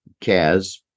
Kaz